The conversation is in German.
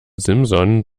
simson